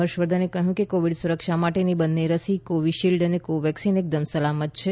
હર્ષ વર્ધને કહ્યું છે કે કોવિડ સુરક્ષા માટેની બન્ને રસી કોવિશિલ્ડ અને કોવેક્સિન એકદમ સલામત છે